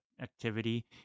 activity